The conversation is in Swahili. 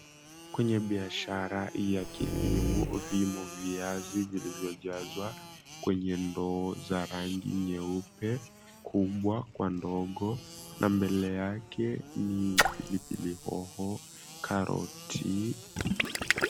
Kwenye biashara ya kilimo, vimo viazi vilivyojazwa kwenye ndoo za rangi nyeupe, kubwa kwa ndogo na mbele yake ni pilipili hoho, karoti.